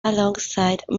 alongside